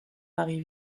mari